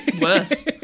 Worse